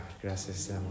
Gracias